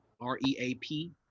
R-E-A-P